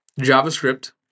JavaScript